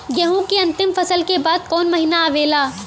गेहूँ के अंतिम फसल के बाद कवन महीना आवेला?